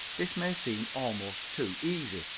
this may seem almost too easy,